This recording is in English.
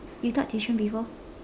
you taught tuition before